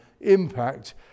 impact